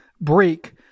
break